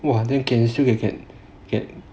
!wah! sibei bad